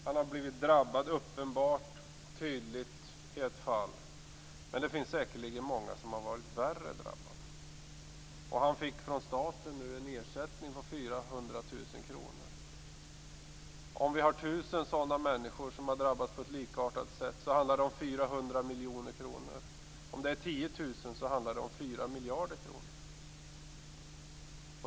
Han har uppenbart blivit drabbad i ett fall, men det finns säkerligen många som har drabbats värre. Han fick från staten en ersättning på 400 000 kr. Om tusen människor har drabbats på ett likartat sätt handlar det om 400 miljoner kronor. Om det är tiotusen handlar det om 4 miljarder kronor.